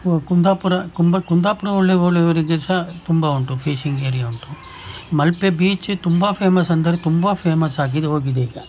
ಕು ಕುಂದಾಪುರ ಕುಂಬ ಕುಂದಾಪುರ ಒಳ ಒಳವರೆಗೆ ಸಹ ತುಂಬ ಉಂಟು ಫಿಶಿಂಗ್ ಏರಿಯಾ ಉಂಟು ಮಲ್ಪೆ ಬೀಚ್ ತುಂಬ ಫೇಮಸ್ ಅಂದರೆ ತುಂಬ ಫೇಮಸ್ ಆಗಿದು ಹೋಗಿದೆ ಈಗ